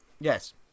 Yes